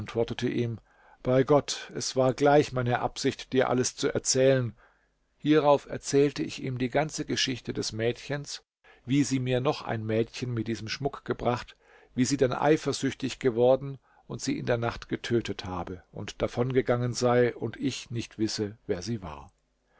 antwortete ihm bei gott es war gleich meine absicht dir alles zu erzählen hierauf erzählte ich ihm die ganze geschichte des mädchens wie sie mir noch ein mädchen mit diesem schmuck gebracht wie sie dann eifersüchtig geworden und sie in der nacht getötet habe und davongegangen sei und ich nicht wisse wer sie war